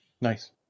nice